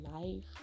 life